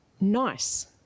nice